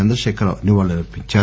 చంద్రశేఖర్ రావు నివాళులు అర్పించారు